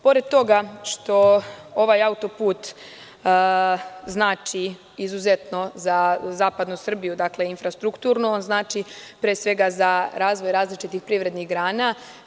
Pored toga što ovaj auto-put znači izuzetno za zapadnu Srbiju, dakle infrastrukturno, on znači pre svega za razvoj različitih privrednih grana.